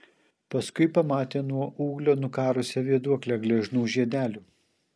paskui pamatė nuo ūglio nukarusią vėduoklę gležnų žiedelių